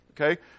okay